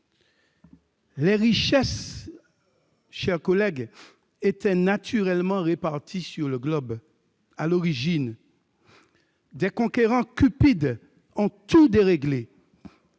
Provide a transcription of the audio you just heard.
chers collègues, étaient naturellement réparties sur le globe à l'origine. Des conquérants cupides ont tout déréglé